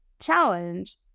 challenge